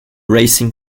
racing